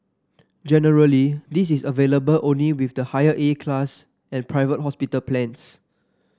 generally this is available only with the higher A class and private hospital plans